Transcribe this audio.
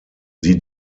sie